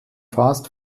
fast